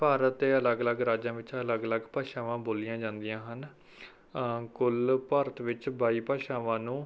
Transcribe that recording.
ਭਾਰਤ ਦੇ ਅਲੱਗ ਅਲੱਗ ਰਾਜਾਂ ਵਿੱਚ ਅਲੱਗ ਅਲੱਗ ਭਾਸ਼ਾਵਾਂ ਬੋਲੀਆਂ ਜਾਂਦੀਆਂ ਹਨ ਕੁੱਲ ਭਾਰਤ ਵਿੱਚ ਬਾਈ ਭਾਸ਼ਾਵਾਂ ਨੂੰ